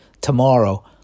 Tomorrow